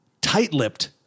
tight-lipped